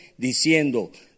diciendo